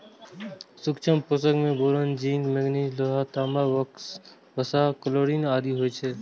सूक्ष्म पोषक मे बोरोन, जिंक, मैगनीज, लोहा, तांबा, वसा, क्लोरिन आदि होइ छै